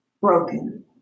broken